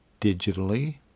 digitally